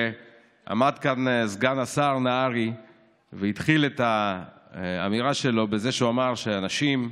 עמד כאן סגן השר נהרי והתחיל את האמירה שלו בזה שאמר שנשים,